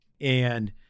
and-